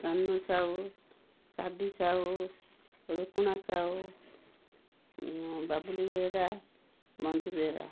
Sanu Sahu Sabi Sahu Runkuna Sahu Babuli Behera Manju Behera